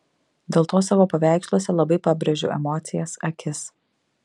dėl to savo paveiksluose labai pabrėžiu emocijas akis